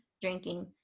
drinking